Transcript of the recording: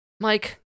Mike